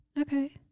Okay